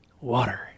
water